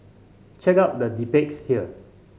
check out the debates here